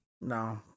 No